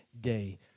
day